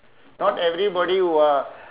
not everybody will